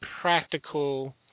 practical